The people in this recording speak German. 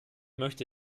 möchte